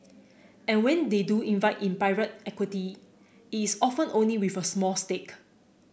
and when they do invite in pirate equity it is often only with a small stake